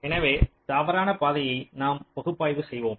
எனவே தவறான பாதையை நாம் பகுப்பாய்வு செய்வோம்